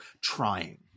trying